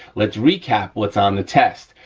let's recap what's on the test.